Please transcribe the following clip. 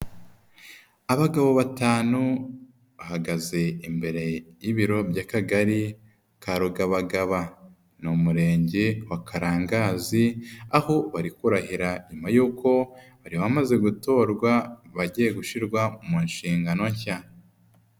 Abagabo batanu bahagaze imbere y'ibiro by'Akagari ka Rugabagaba, ni Umurenge wa Karangazi aho bari kurahira nyuma y'uko bari bamaze gutorwa bagiye gushyirwa mu nshingano nshya.